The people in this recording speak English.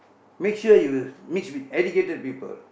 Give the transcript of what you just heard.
make sure you mix with educated people